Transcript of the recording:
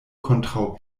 kontraŭ